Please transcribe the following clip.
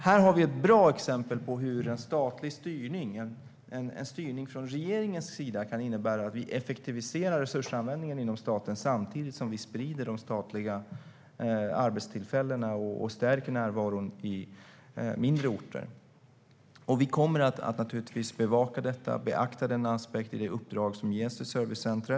Här har vi ett bra exempel på hur en statlig styrning, en styrning från regeringens sida, kan innebära att vi effektiviserar resursanvändningen inom staten samtidigt som vi sprider de statliga arbetstillfällena och stärker närvaron på mindre orter. Vi kommer naturligtvis att bevaka detta och beakta den aspekten i det uppdrag som ges till Servicecentret.